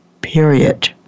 period